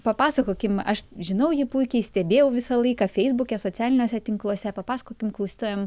papasakokim aš žinau jį puikiai stebėjau visą laiką feisbuke socialiniuose tinkluose papasakokim klausytojam